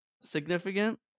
Significant